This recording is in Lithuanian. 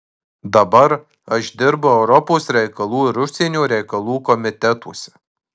dabar aš dirbu europos reikalų ir užsienio reikalų komitetuose